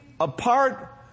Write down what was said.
apart